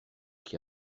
qui